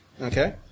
Okay